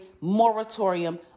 moratorium